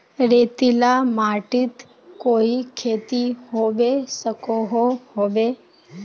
रेतीला माटित कोई खेती होबे सकोहो होबे?